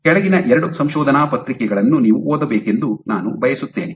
ಕೆಳಗಿನ ಎರಡು ಸಂಶೋಧನಾ ಪತ್ರಿಕೆಗಳನ್ನು ನೀವು ಓದಬೇಕೆಂದು ನಾನು ಬಯಸುತ್ತೇನೆ